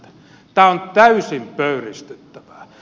tämä on täysin pöyristyttävää